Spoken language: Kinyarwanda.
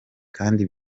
kandi